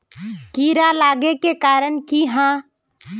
कीड़ा लागे के कारण की हाँ?